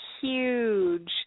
huge